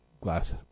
glass